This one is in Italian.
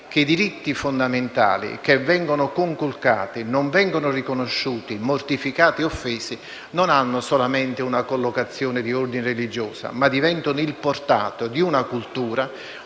che i diritti fondamentali che non vengono riconosciuti e che sono mortificati e offesi, non hanno solamente una collocazione di ordine religioso, ma diventano il portato di una cultura